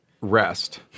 rest